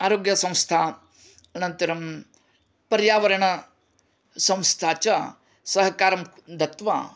आरोग्यसंस्था अनन्तरं पर्यावरणसंस्था च सहकारं दत्वा